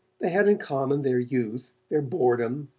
they had in common their youth, their boredom,